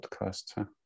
podcast